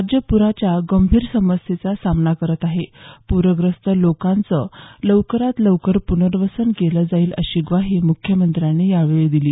राज्य पुराच्या गंभीर समस्येचा सामना करत आहे पुस्प्रस्त लोकांचं लवकरात लवकर पुर्नवर्सन केलं जाईल अशी ग्वाही मुख्यमंत्र्यांनी यावेळी दिली